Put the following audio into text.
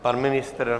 Pan ministr?